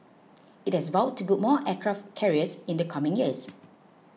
it has vowed to build more aircraft carriers in the coming years